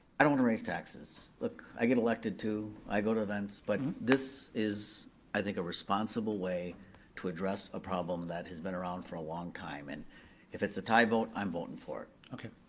i don't wanna raise taxes. look, i get elected too, i go to events, but this is i think a responsible way to address a problem that has been around for a long time. and if it's a tie vote, i'm voting and for it. okay,